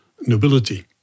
nobility